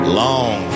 long